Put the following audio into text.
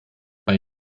bei